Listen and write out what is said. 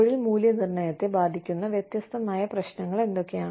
തൊഴിൽ മൂല്യനിർണ്ണയത്തെ ബാധിക്കുന്ന വ്യത്യസ്ത നയ പ്രശ്നങ്ങൾ എന്തൊക്കെയാണ്